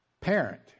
Parent